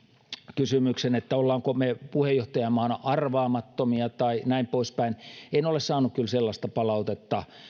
kysymyksen olemmeko me puheenjohtajamaana arvaamattomia tai niin poispäin en ole saanut kyllä sellaista palautetta